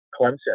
Clemson